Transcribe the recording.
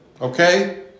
Okay